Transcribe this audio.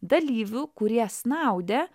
dalyvių kurie snaudė